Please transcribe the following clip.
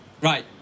Right